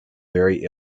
very